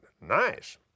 nice